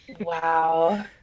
wow